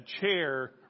chair